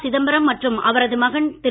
சிதம்பரம் மற்றும் அவரது மகன் திரு